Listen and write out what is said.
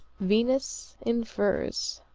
venus in furs